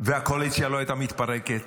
והקואליציה לא הייתה מתפרקת,